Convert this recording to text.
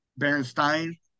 Berenstein